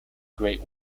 great